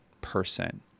person